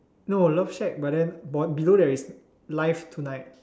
no love shack but then b~ below there is live tonight